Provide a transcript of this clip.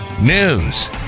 news